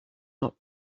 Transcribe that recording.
not